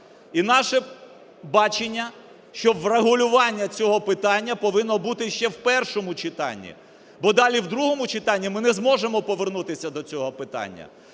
І наше бачення, що врегулювання цього питання повинно бути ще в першому читанні, бо далі в другому читанні ми не зможемо повернутися до цього питання.